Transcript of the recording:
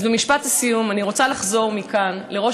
אז במשפט הסיום אני רוצה לחזור מכאן לראש